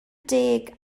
deg